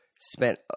spent